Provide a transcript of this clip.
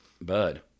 bud